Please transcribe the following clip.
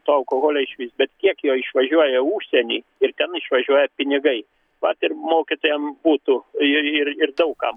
to alkoholio išvis bet kiek jo išvažiuoja į užsienį ir ten išvažiuoja pinigai vat ir mokytojam būtų ir ir ir daug kam